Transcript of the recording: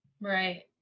right